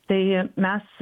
tai mes